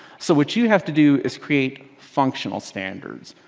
so what you have to do is create functional standards.